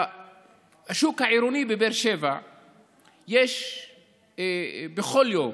בשוק העירוני בבאר שבע יש בכל יום